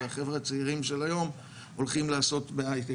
והחבר'ה הצעירים של היום הולכים לעשות בהייטק.